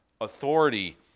authority